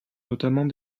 notamment